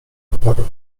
odparł